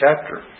chapter